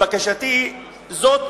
ביקשתי זאת,